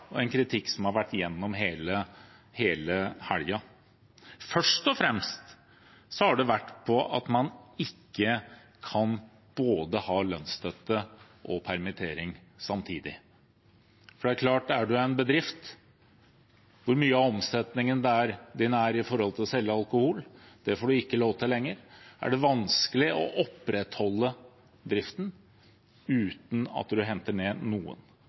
og en kritikk som har vært gjennom hele helgen. Først og fremst har det gått på at man ikke kan ha både lønnsstøtte og permittering samtidig. For har man en bedrift hvor mye av omsetningen avhenger av at en selger alkohol – det får en ikke lov til lenger – er det vanskelig å opprettholde driften uten at en henter ned